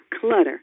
Clutter